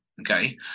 Okay